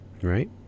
Right